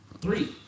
Three